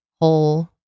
whole